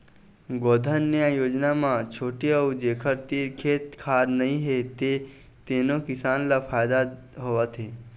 गोधन न्याय योजना म छोटे अउ जेखर तीर खेत खार नइ हे तेनो किसान ल फायदा होवत हे